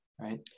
right